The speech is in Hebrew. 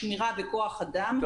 שמירה וכוח אדם,